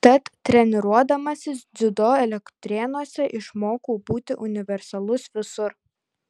tad treniruodamasis dziudo elektrėnuose išmokau būti universalus visur